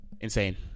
insane